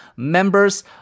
Members